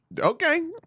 Okay